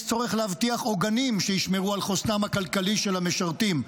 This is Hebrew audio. יש צורך להבטיח עוגנים שישמרו על חוסנם הכלכלי של המשרתים.